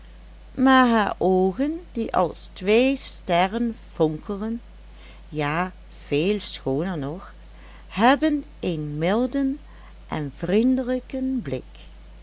maar haar oogen die als twee sterren fonkelen ja veel schooner nog hebben een milden en vriendelijken blik